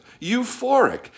euphoric